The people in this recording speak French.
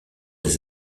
des